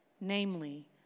Namely